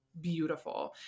beautiful